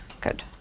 Good